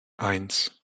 eins